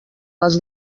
les